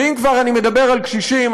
ואם כבר אני מדבר על קשישים,